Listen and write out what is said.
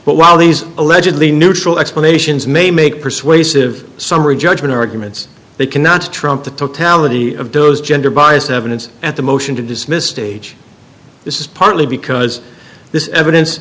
but while these allegedly neutral explanations may make persuasive summary judgment arguments they cannot trump the totality of gender bias evidence at the motion to dismiss stage this is partly because this evidence